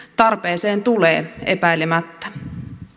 tarpeeseen tulee epäilemättä